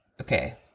okay